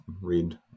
Read